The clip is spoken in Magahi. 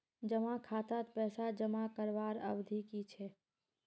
जमा खातात पैसा जमा करवार अवधि की छे?